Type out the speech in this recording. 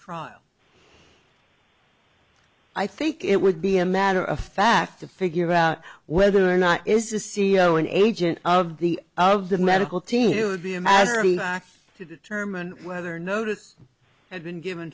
trial i think it would be a matter of fact to figure out whether or not it is a c e o an agent of the of the medical team you would be a matter of fact to determine whether notice had been given